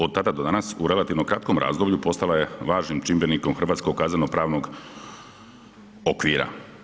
Od tada do danas, u relativno kratkom razdoblju postala je važnim čimbenikom hrvatskog kazneno-pravnog okvira.